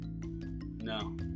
No